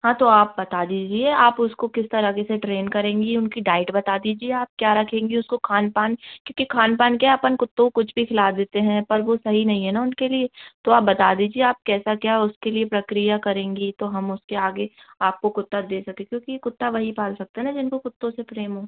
हाँ तो आप बता दीजिए आप उसको किस तरह कैसे ट्रैन करेंगी उनकी डाइट बता दीजिए आप क्या रखेंगी उसको खान पान क्योंकि खान पान क्या है अपन कुत्तों को कुछ भी खिला देते हैं पर वो सही नहीं है ना उनके लिए तो आप बता दीजिए आप कैसा क्या उसके लिए प्रक्रिया करेंगी तो हम उसके आगे आपको कुत्ता दे सकें क्योंकि कुत्ता वही पाल सकता है ना जिनको कुत्तों से प्रेम हो